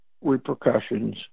repercussions